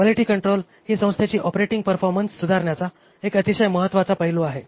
quality control ही संस्थेची operating performance सुधारण्याचा एक अतिशय महत्वाचा पैलू आहे